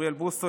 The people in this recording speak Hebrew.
אוריאל בוסו,